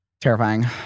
Terrifying